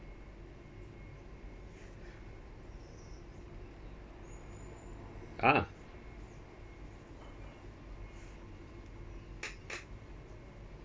ah